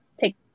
Take